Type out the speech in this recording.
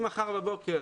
אם מחר בבוקר